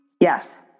Yes